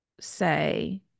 say